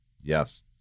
yes